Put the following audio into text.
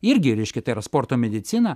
irgi reiškia tai yra sporto medicina